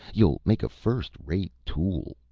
you'll make a first-rate tool,